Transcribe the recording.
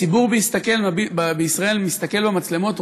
הציבור בישראל מסתכל במצלמות,